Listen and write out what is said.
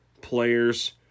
players